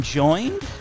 joined